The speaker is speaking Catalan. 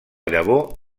llavor